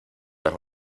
las